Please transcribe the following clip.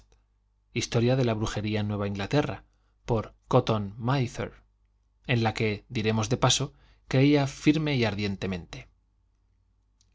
history of new england witchcraft historia de la brujería en nueva inglaterra por cotton máther en la que diremos de paso creía firme y ardientemente